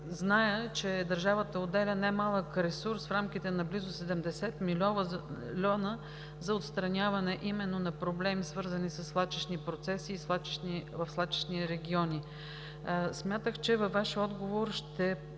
знае, че държавата отделя немалък ресурс в рамките на близо 70 милиона за отстраняване именно на проблемите, свързани със свлачищни процеси в свлачищни региони. Смятах, че във Вашия отговор ще